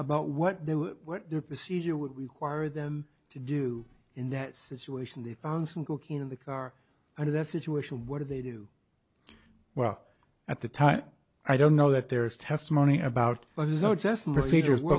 about what they were what their procedure would require them to do in that situation they found some cocaine in the car and that situation what do do they well at the time i don't know that there is testimony about w